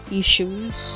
issues